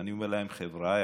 ואני אומר להם, חבריא,